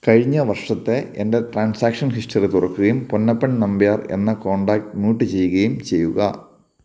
കഴിഞ്ഞ വർഷത്തെ എൻ്റെ ട്രാൻസാക്ഷൻ ഹിസ്റ്ററി തുറക്കുകയും പൊന്നപ്പൻ നമ്പ്യാർ എന്ന കോൺടാക്റ്റ് മ്യൂട്ട് ചെയ്യുകയും ചെയ്യുക